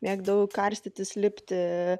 mėgdavau karstytis lipti